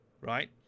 right